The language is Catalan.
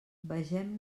vegem